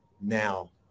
now